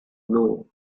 know